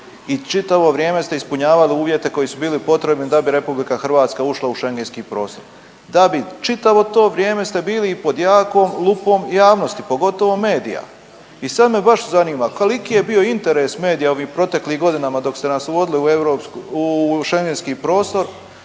i čitavo vrijeme ste ispunjavali uvjete koji su bili potrebni da bi Republika Hrvatska ušla u Schengenski prostor, da bi čitavo to vrijeme ste bili i pod jakom lupom javnosti pogotovo medija. I sad me baš zanima koliki je bio interes medija ovih proteklih godina dok ste nas uvodili u Schengenski prostor,